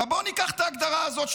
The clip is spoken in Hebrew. בואו ניקח את ההגדרה הזאת,